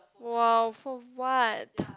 !wow! for what